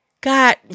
God